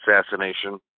assassination